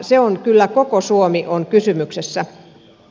siinä on kyllä koko suomi kysymyksessä